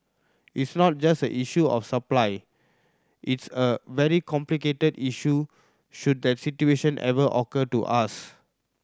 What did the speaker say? it's not just an issue of supply it's a very complicated issue should that situation ever occur to us